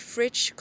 Fridge